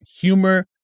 humor